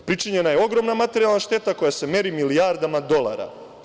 Pričinjena je ogromna materijalna šteta koja se meri milijardama dolara.